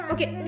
Okay